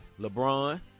LeBron